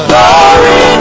Glory